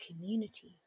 community